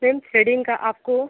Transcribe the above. same threading का आपको